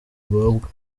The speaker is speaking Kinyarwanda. ngombwa